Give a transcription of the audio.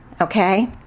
okay